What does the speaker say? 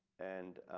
and